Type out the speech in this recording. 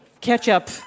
Ketchup